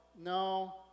no